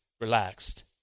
relaxed